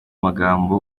magambo